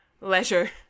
leisure